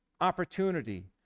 opportunity